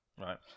Right